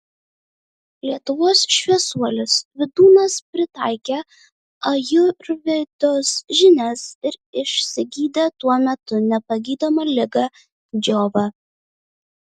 lietuvos šviesuolis vydūnas pritaikė ajurvedos žinias ir išsigydė tuo metu nepagydomą ligą džiovą